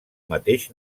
mateix